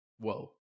whoa